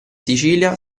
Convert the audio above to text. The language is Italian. sicilia